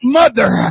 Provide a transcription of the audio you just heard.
mother